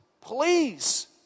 please